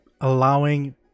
allowing